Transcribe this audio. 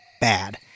bad